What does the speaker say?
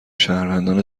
شهروندان